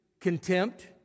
contempt